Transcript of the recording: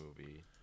movie